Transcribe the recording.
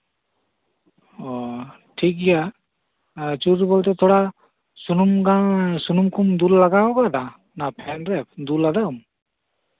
ᱚ ᱴᱷᱤᱠᱜᱮᱭᱟ ᱟᱹᱪᱩᱨ ᱵᱚᱞᱛᱮ ᱛᱷᱚᱲᱟ ᱥᱩᱱᱩᱢ ᱠᱚᱢ ᱫᱩᱞ ᱞᱮᱜᱟᱣ ᱟᱠᱟᱫᱟ ᱚᱱᱟ ᱯᱷᱮᱱ ᱨᱮ ᱫᱩᱞᱟᱫᱟᱢ